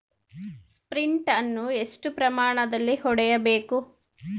Sprint ಅನ್ನು ಎಷ್ಟು ಪ್ರಮಾಣದಲ್ಲಿ ಹೊಡೆಯಬೇಕು?